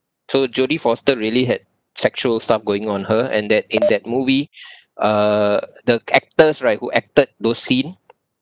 so jodie foster really had sexual stuff going on her and that in that movie uh the actors right who acted those scene